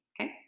Okay